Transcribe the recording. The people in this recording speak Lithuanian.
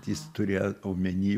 jis turėjo omeny